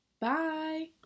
bye